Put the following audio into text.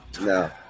no